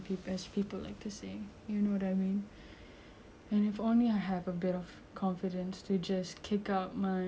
and only if I had a bit of confidence to just kick out my insecurity saya rasa macam everything is gonna be okay